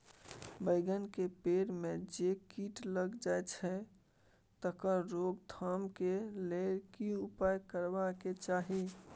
बैंगन के पेड़ म जे कीट लग जाय छै तकर रोक थाम के लेल की उपाय करबा के चाही?